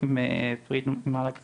עם אלכס